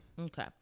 Okay